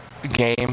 game